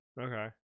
Okay